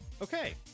okay